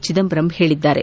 ಚಿದಂಬರಂ ಹೇಳಿದ್ದಾರೆ